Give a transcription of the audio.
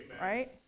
right